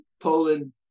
Poland